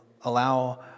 allow